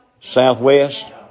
Southwest